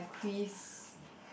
quiz